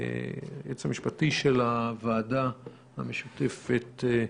היועץ המשפטי של הוועדה המשותפת,